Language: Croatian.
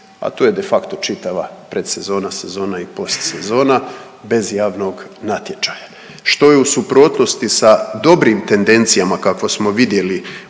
a to je de facto čitava predsezona, sezona i postsezona bez javnog natječaja, što je u suprotnosti sa dobrim tendencijama kakvo smo vidjeli